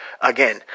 Again